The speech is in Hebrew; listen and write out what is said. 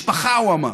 משפחה, הוא אמר.